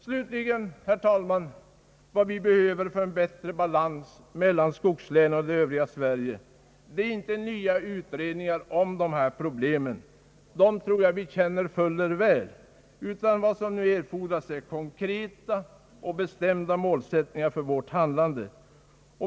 Slutligen, herr talman, vad vi behöver för en bättre balans mellan skogslänen och det övriga Sverige är inte nya utredningar om problemen — dem känner vi fuller väl — utan nu erfordras konkreta och bestämda målsättningar för vårt handlande.